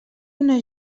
una